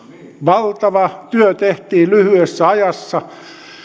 valtava työ tehtiin lyhyessä ajassa